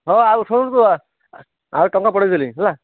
ହଁ ଆଉ ଶୁଣନ୍ତୁ ଆଉ ଟଙ୍କା ପଠେଇ ଦେଲି ହେଲା